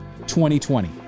2020